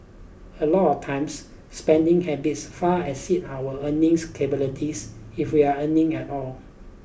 a lot of times spending habits far exceed our earnings capabilities if we're earning at all